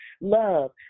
love